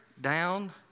down